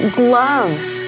gloves